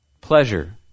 pleasure